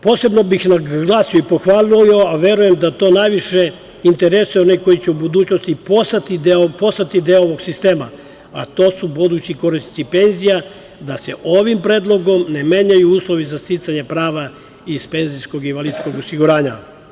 Posebno bih naglasio i pohvalio, a verujem da to najviše interesuje one koji će u budućnosti postati deo ovog sistema, a to su budući korisnici penzija, da se ovim predlogom ne menjaju uslovi za sticanje prava iz penzijskog i invalidskog osiguranja.